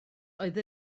oedd